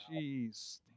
Jeez